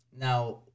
Now